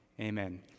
amen